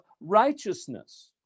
righteousness